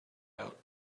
out